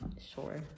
Sure